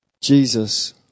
Jesus